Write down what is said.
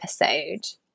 episode